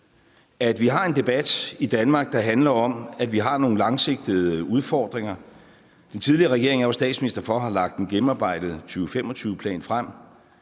at vi har en debat i Danmark, der handler om, at vi har nogle langsigtede udfordringer, og den tidligere regering, som jeg var statsminister i, har lagt en gennemarbejdet 2025-plan frem,